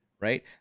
right